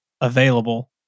available